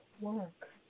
work